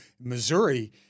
Missouri